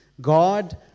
God